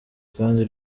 kandi